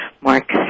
Mark